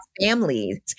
families